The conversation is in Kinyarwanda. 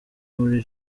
muri